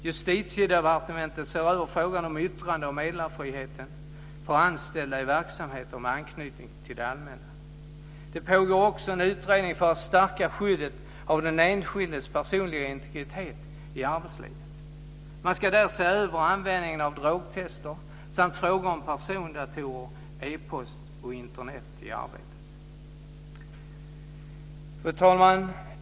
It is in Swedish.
Justitiedepartementet ser över frågan om yttrande och meddelarfriheten för anställda i verksamheter med anknytning till det allmänna. Det pågår också en utredning för att stärka skyddet av den enskildes personliga integritet i arbetslivet. Man ska där se över användningen av drogtester samt frågor om persondatorer, e-post och Internet i arbetet. Fru talman!